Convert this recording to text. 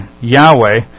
Yahweh